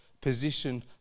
position